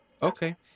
Okay